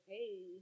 Hey